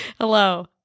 Hello